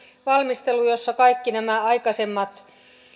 valmistelu jossa kaikki nämä aikaisemmat